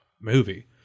movie